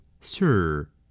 Sir